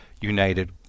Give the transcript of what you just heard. United